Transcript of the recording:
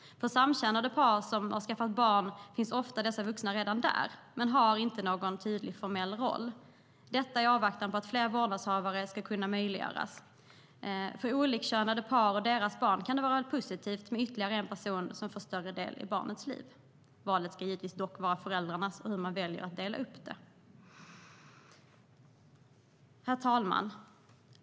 För samkönade par som skaffat barn finns ofta dessa vuxna redan där men har inte någon tydlig formell roll. Detta vill vi göra i avvaktan på att fler vårdnadshavare ska möjliggöras. För olikkönade par och deras barn kan det vara positivt att ytterligare en person får större del i barnets liv. Valet, hur man delar upp det, ska givetvis vara föräldrarnas. Herr talman!